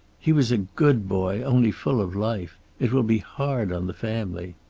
he was a good boy, only full of life. it will be hard on the family.